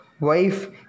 wife